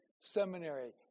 seminary